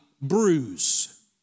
bruise